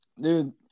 Dude